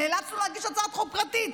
נאלצנו להגיש הצעת חוק פרטית.